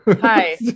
hi